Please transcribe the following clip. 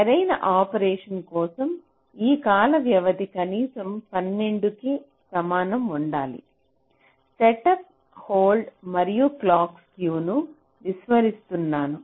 సరైన ఆపరేషన్ కోసం ఈ కాల వ్యవధి కనీసం 12 కి సమానం ఉండాలి సెటప్ హోల్డ్ మరియు క్లాక్ స్క్యూ ను విస్మరిస్తున్నాను